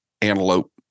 antelope